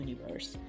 universe